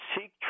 seek